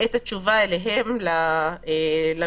את התשובה אליהם למשרד.